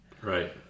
Right